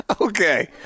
Okay